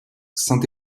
saint